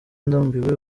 ndambiwe